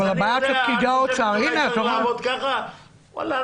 אבל הבעיה שפקידי האוצר --- את חושבת שאולי צריך לעבוד ככה וואלה,